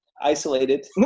isolated